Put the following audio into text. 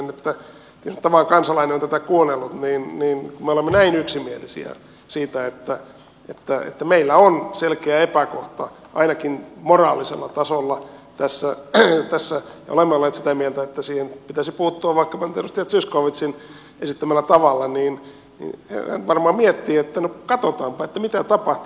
kun tavallinen kansalainen on tätä kuunnellut niin kun me olemme näin yksimielisiä siitä että meillä on selkeä epäkohta ainakin moraalisella tasolla tässä ja olemme olleet sitä mieltä että siihen pitäisi puuttua vaikkapa nyt edustaja zyskowiczin esittämällä tavalla niin hän varmaan miettii että no katsotaanpa mitä tapahtuu